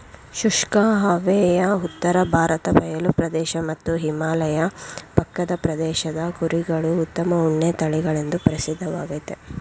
ಶುಷ್ಕ ಹವೆಯ ಉತ್ತರ ಭಾರತ ಬಯಲು ಪ್ರದೇಶ ಮತ್ತು ಹಿಮಾಲಯ ಪಕ್ಕದ ಪ್ರದೇಶದ ಕುರಿಗಳು ಉತ್ತಮ ಉಣ್ಣೆ ತಳಿಗಳೆಂದು ಪ್ರಸಿದ್ಧವಾಗಯ್ತೆ